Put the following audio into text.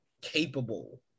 capable